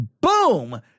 boom